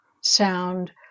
sound